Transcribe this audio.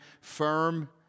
firm